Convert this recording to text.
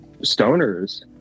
stoners